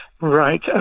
right